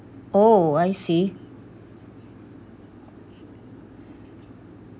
oh I see